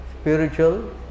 spiritual